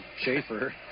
Schaefer